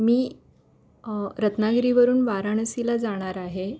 मी रत्नागिरीवरून वाराणसीला जाणार आहे